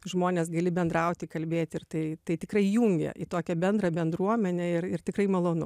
žmones gali bendrauti kalbėti ir tai tai tikrai jungia į tokią bendrą bendruomenę ir ir tikrai malonu